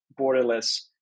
borderless